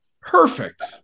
Perfect